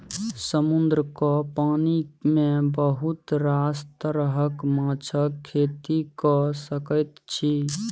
समुद्रक पानि मे बहुत रास तरहक माछक खेती कए सकैत छी